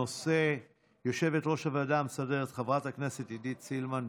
הנושא יושבת-ראש הוועדה המסדרת חברת הכנסת עידית סילמן,